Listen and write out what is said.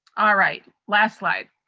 ah right, last slide.